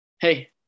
Hey